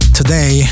today